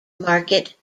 market